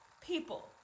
people